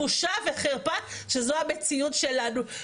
בושה וחרפה שזאת המציאות שלנו.